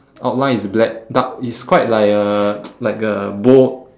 outline is black dark it's quite like a like a bold